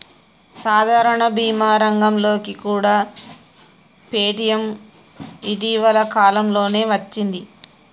సాధారణ భీమా రంగంలోకి కూడా పేటీఎం ఇటీవల కాలంలోనే వచ్చింది